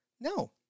no